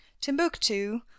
timbuktu